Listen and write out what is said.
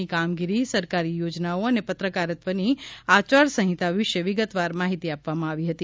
ની કામગીરી સરકારી યોજનાઓ અનાલ ત્રકારત્વની આયાર સંહિતા વિશાવિગતવાર માહિતી આલ વામાં આવી હતી